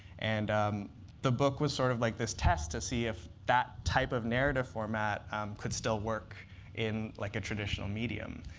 and the book was sort of like this test to see if that type of narrative format could still work in like a traditional medium.